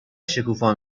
شکوفا